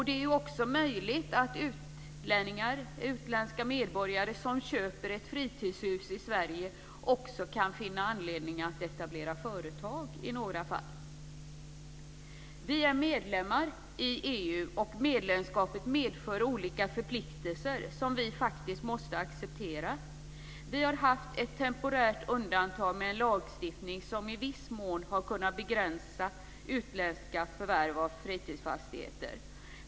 Det är också möjligt att utländska medborgare som köper ett fritidshus i Sverige kan finna anledning att etablera företag i några fall. Vi är medlemmar i EU, och medlemskapet medför olika förpliktelser som vi faktiskt måste acceptera. Vi har haft ett temporärt undantag med en lagstiftning som i viss mån har kunnat begränsa utländska förvärv av fritidsfastigheter.